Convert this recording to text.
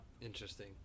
Interesting